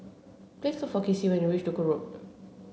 please look for Kacey when you reach Duku Road